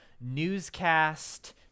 newscast